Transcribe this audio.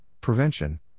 Prevention